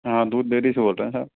हाँ दूध डेरी से बोल रहें सर